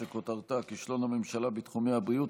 שכותרתה: כישלון הממשלה בתחומי הבריאות,